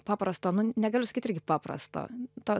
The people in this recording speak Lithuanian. paprasto nu negaliu sakyt irgi paprasto to